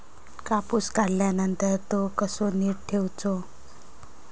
कापूस काढल्यानंतर तो कसो नीट ठेवूचो?